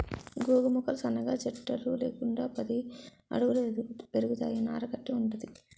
గోగు మొక్కలు సన్నగా జట్టలు లేకుండా పది అడుగుల పెరుగుతాయి నార కట్టి వుంటది